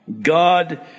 God